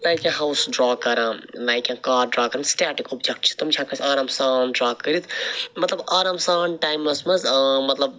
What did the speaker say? like کیٛاہ اوس draw کَران لایک کیٚنٛہہ کار ڈرٛا کَرٕنۍ سٹیٹِک اوٚبجیٚکٹہٕ چھِ تِم چھِ ہیٚکان أسۍ آرام سان ڈرٛا کٔرِتھ مطلب آرام سان ٹایمَس مَنٛز ٲں مطلب